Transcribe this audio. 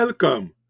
Welcome